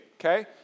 Okay